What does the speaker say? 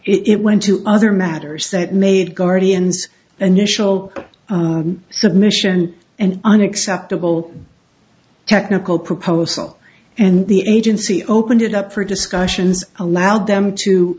it went to other matters that made guardian's unusual submission and an acceptable technical proposal and the agency opened it up for discussions allowed them to